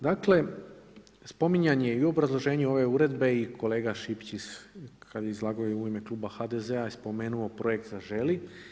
Dakle spominjanje i obrazloženje ove uredbe i kolega Šipić kada je izlagao u ime kluba HDZ-a je spomenuo projekt „Zaželi“